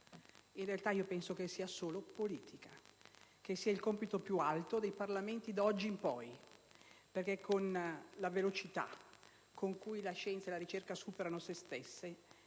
In realtà, penso che sia solo politica, che sia il compito più alto dei Parlamenti, da oggi in poi, perché con la velocità con cui la scienza e la ricerca superano se stesse,